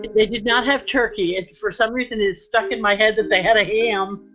but they did not have turkey for some reason, is stuck in my head that they had a ham.